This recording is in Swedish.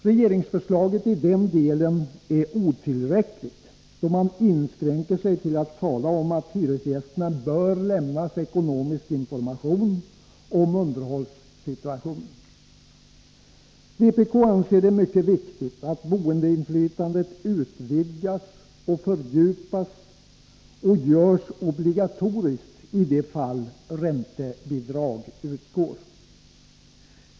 Regeringsförslaget i den delen är otillräckligt, då man inskränker sig till att tala om att hyresgästerna bör lämnas ekonomisk information om underhållssituationen. Vpk anser att det är mycket viktigt att boendeinflytandet utvidgas och fördjupas och görs obligatoriskt i de fall räntebidrag utgår.